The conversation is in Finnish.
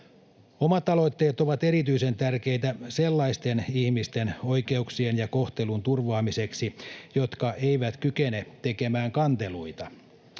Omat aloitteet ovat erityisen tärkeitä sellaisten ihmisten oikeuksien ja kohtelun turvaamiseksi, jotka eivät kykene tekemään kanteluita